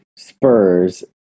Spurs